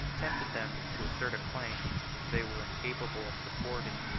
tempted them to assert a claim, which they were incapable of supporting,